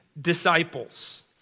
disciples